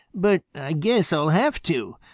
but i guess i'll have to.